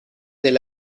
del